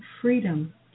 freedom